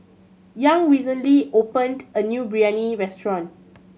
Young recently opened a new Biryani restaurant